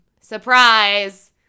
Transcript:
Surprise